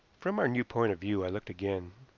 from our new point of view i looked again.